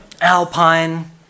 Alpine